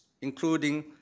including